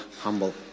humble